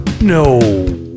No